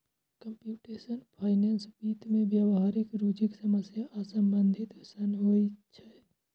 computational finance वित्त मे व्यावहारिक रुचिक समस्या सं संबंधित होइ छै